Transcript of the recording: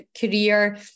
career